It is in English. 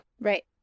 Right